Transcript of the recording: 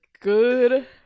Good